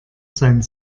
sein